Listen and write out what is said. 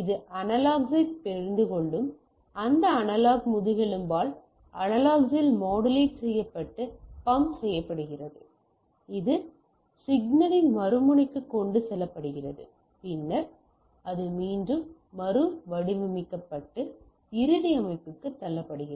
இது அனலாக்ஸைப் புரிந்துகொள்ளும் இந்த அனலாக் முதுகெலும்பால் அனலாக்ஸில் மாடுலேட் செய்யப்பட்டு பம்ப் செய்யப்படுகிறது இது சிக்னலின் மறுமுனைக்கு கொண்டு செல்லப்படுகிறது பின்னர் அது மீண்டும் மறுவடிவமைக்கப்பட்டு இறுதி அமைப்புக்கு தள்ளப்படுகிறது